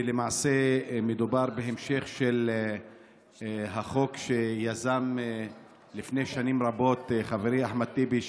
ולמעשה מדובר בהמשך של החוק שיזם לפני שנים רבות חברי אחמד טיבי,